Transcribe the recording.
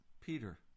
Peter